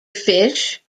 fish